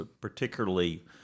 particularly